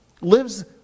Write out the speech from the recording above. lives